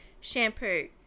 shampoo